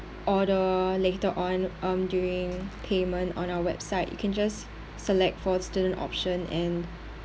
order later on um during payment on our website you can just select for student option and